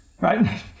right